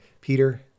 Peter